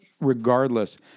regardless